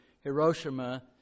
Hiroshima